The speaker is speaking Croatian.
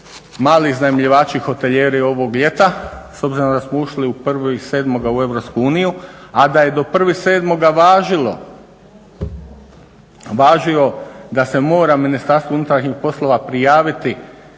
mali iznajmljivači, hotelijeri ovog ljeta s obzirom da smo ušli 01.07. u EU, a da je do 01.07. važilo da se mora Ministarstvu unutarnjih poslova prijaviti